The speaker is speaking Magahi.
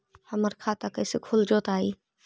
हमर खाता कैसे खुल जोताई?